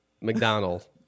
mcdonald